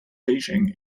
beijing